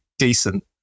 decent